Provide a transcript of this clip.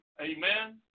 Amen